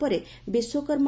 ପରେ ବିଶ୍ୱକର୍ମ